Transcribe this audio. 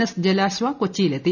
S Jalashwa കൊച്ചിയിലെത്തി